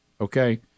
Okay